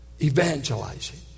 evangelizing